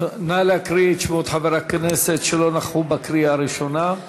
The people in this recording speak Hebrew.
נא להקריא את שמות חברי הכנסת שלא נכחו בקריאה הראשונה.